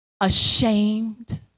ashamed